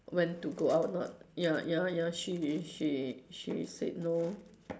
when to go out or not ya ya ya she she she said no